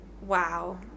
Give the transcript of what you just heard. wow